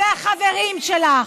והחברים שלך,